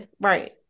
Right